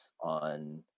on